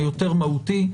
יותר מהותי.